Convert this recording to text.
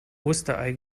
osterei